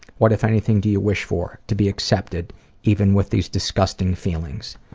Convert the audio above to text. what if anything do you wish for? to be accepted, even with these disgusting feelings.